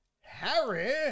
Harry